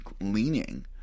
leaning